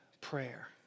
prayer